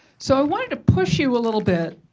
so i wanted to push you a little bit